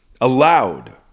allowed